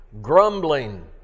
grumbling